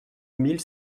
mille